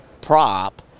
prop